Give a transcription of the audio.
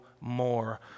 more